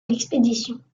l’expédition